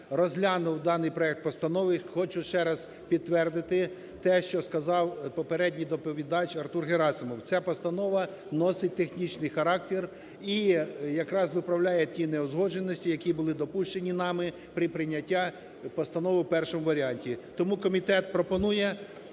розглянув даний проект постанови і хочу ще раз підтвердити те, що сказав попередній доповідач Артур Герасимов. Ця постанова носить технічний характер і якраз виправляє ті неузгодженості, які були допущені нами при прийняті постанови в першому варіанті. Тому комітет пропонує